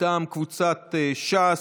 מטעם קבוצת סיעת ש"ס,